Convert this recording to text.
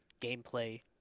gameplay